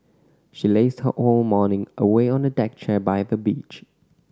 she lazed her whole morning away on a deck chair by the beach